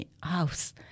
house